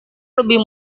lebih